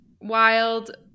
Wild